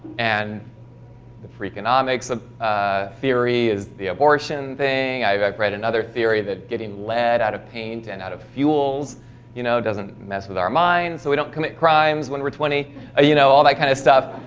and the freakonomics a a theory is the abortion saying i have read another theory that getting let out a paint and out of fuels you know doesn't mess with our minds we don't commit crimes when we're twenty ah you know all that kind of stuff